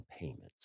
payments